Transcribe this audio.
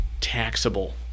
taxable